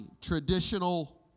traditional